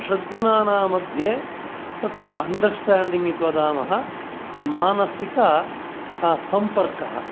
षड् जनानां मध्ये तत्र अण्डर्स्टेण्डिङ्ग् इति वदामः मानसिकसम्पर्कः